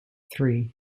three